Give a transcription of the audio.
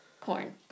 corn